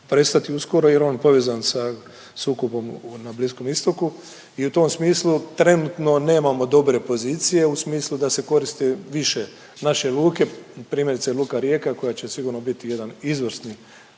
u tom smislu trenutno nemamo dobre pozicije u smislu da se koriste više naše luke, primjerice Luka Rijeka koja će sigurno biti jedan izvrsni